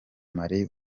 mali